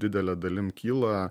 didele dalim kyla